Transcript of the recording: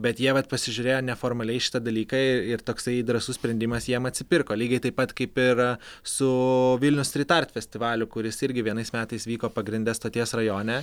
bet jie vat pasižiūrėjo neformaliai į šitą dalyką ir toksai drąsus sprendimas jiem atsipirko lygiai taip pat kaip ir su vilniaus stryt art festivaliu kuris irgi vienais metais vyko pagrinde stoties rajone